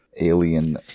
alien